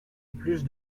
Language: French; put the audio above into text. plus